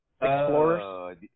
Explorers